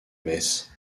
metz